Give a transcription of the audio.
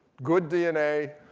good dna,